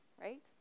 right